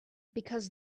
because